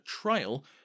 trial